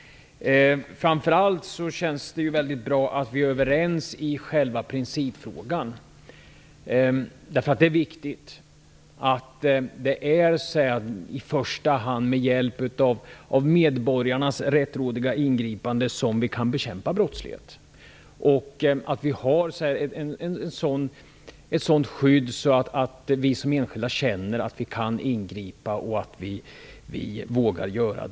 Framför allt känns det bra att vi är överens i själva principfrågan. Det är viktigt att det är i första hand med hjälp av medborgarnas rättrådiga ingripande som vi kan bekämpa brottslighet och att det finns ett sådant skydd att vi som enskilda känner att vi kan och vågar ingripa.